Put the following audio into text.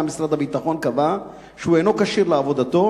משרד הביטחון קבע שהוא אינו כשיר לעבודתו.